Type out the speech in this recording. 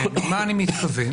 למה אני מתכוון?